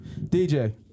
DJ